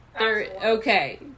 Okay